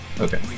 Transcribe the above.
Okay